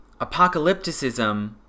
apocalypticism